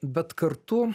bet kartu